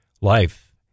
Life